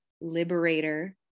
liberator